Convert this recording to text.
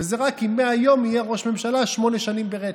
וזה רק אם מהיום יהיה ראש ממשלה שמונה שנים ברצף,